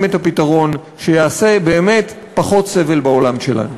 את הפתרון שיעשה באמת פחות סבל בעולם שלנו.